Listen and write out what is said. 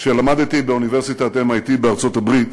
כשלמדתי באוניברסיטת MIT בארצות-הברית